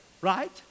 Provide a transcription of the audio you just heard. right